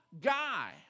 guy